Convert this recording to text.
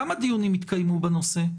כמה דיונים התקיימו בנושא?